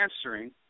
answering